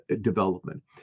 development